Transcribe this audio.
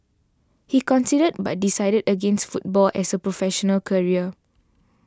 he considered but decided against football as a professional career